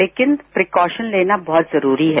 लेकिन प्रिकॉशन लेना बहुत जरूरी है